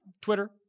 Twitter